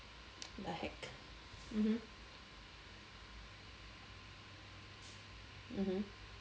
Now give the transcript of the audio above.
the heck mmhmm mmhmm